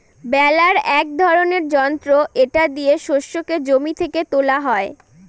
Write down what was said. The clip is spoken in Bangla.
বেলার এক ধরনের যন্ত্র এটা দিয়ে শস্যকে জমি থেকে তোলা হয়